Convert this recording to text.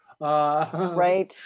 Right